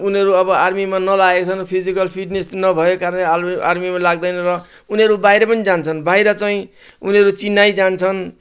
उनीहरू अब आर्मीमा नलागेसम्म फिजिकल फिटनेस नभएको कारणले आर्मी आर्मीमा लाग्दैन र उनीहरू बाहिर पनि जान्छन् बाहिर चाहिँ उनीहरू चेन्नई जान्छन्